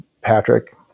Patrick